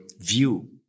view